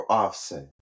offset